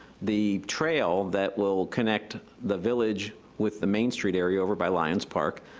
the trail that will connect the village with the main street area, over by lyons' park,